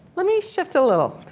let me shift a little.